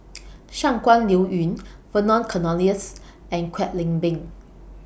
Shangguan Liuyun Vernon Cornelius and Kwek Leng Beng